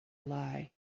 lie